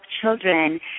children